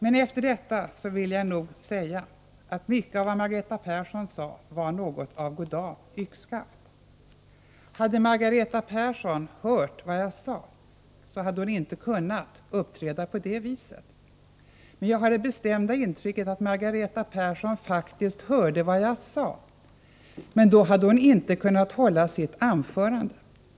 Men efter detta vill jag säga att mycket av vad Margareta Persson talade om var något av goddag-yxskaft. Hade Margareta Persson hört vad jag sade, så hade hon inte kunnat uppträda på det här viset. Jag har emellertid det bestämda intrycket att Margareta Persson faktiskt hörde vad jag sade. Men om hon tagit hänsyn till detta hade hon inte kunnat hålla sitt anförande.